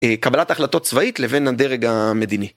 קבלת החלטות צבאית לבין הדרג המדיני.